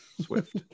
Swift